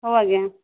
ହଉ ଆଜ୍ଞା